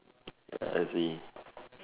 I see